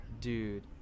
Dude